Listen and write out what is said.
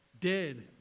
dead